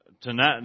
tonight